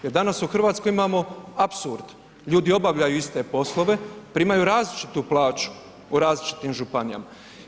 Jel danas u Hrvatskoj imamo apsurd, ljudi obavljaju iste poslove, primaju različitu plaću u različitim županijama.